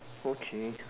okay